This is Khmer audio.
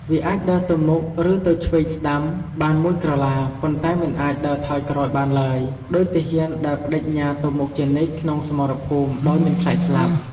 វាអាចដើរទៅមុខ ឬទៅឆ្វេងស្តាំបានមួយក្រឡា ប៉ុន្តែមិនអាចដើរថយក្រោយបានឡើយ ដូចទាហានដែលប្តេជ្ញាទៅមុខជានិច្ចក្នុងសមរភូមិដោយមិនខ្លាចស្លាប់។